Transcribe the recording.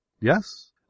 Yes